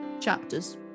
chapters